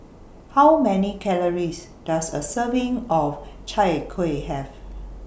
How Many Calories Does A Serving of Chai Kueh Have